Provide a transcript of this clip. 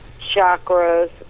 chakras